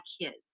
kids